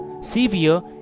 severe